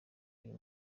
uyu